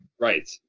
Right